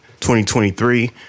2023